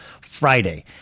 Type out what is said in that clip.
Friday